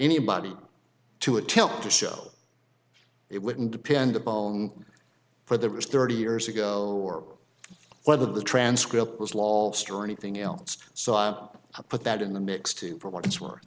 anybody to attempt to show it wouldn't depend upon for the risk thirty years ago or whether the transcript was lost or anything else so i up put that in the mix too for what it's worth